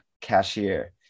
cashier